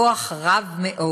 כוח רב מאוד.